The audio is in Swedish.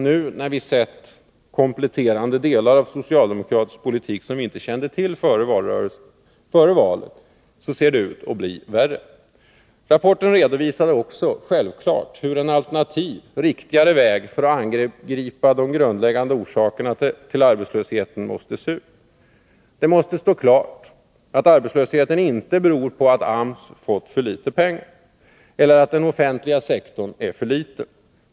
Nu, när vi fått kompletterande delar av socialdemokratisk politik som vi inte kände till före valet, ser det ut att bli värre. Rapporten redovisade självfallet också en alternativ och riktigare väg för att angripa de grundläggande orsakerna till arbetslösheten. Det måste stå klart att arbetslösheten inte beror på att AMS fått för litet pengar eller att den offentliga sektorn är för liten.